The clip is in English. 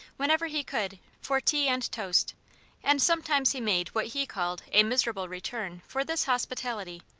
whenever he could, for tea and toast and sometimes he made what he called a miserable return for this hospitality,